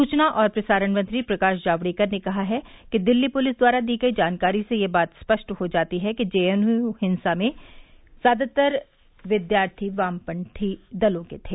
सूचना और प्रसारण मंत्री प्रकाश जावड़ेकर ने कहा है कि दिल्ली पुलिस द्वारा दी गई जानकारी से यह बात स्पष्ट हो जाती है कि जेएनयू में हिंसा में शामिल ज्यादातर विद्यार्थी वामपंथी संगठनों के थे